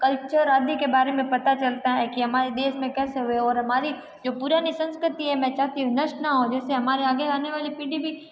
culture आदि के बारे में पता चलता है कि हमारे देश में कैसे हुए और हमारी जो पुरानी संस्क्रति है मै चाहती हूँ नष्ट ना हो जाए जैसे हमारे आगे आने वाली पीढ़ी भी